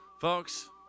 Folks